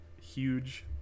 huge